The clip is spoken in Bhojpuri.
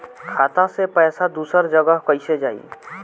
खाता से पैसा दूसर जगह कईसे जाई?